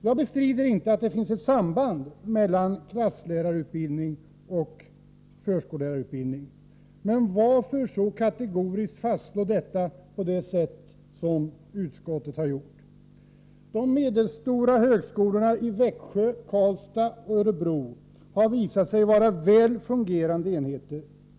Jag bestrider inte att det finns ett samband mellan klasslärarutbildning och förskollärarutbildning. Men varför så kategoriskt fastslå detta på det sätt som utskottet har gjort? De medelstora högskolorna i Växjö, Karlstad och Örebro har visat sig vara väl fungerande enheter.